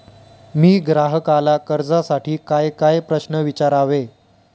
मी ग्राहकाला कर्जासाठी कायकाय प्रश्न विचारावे?